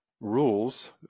rules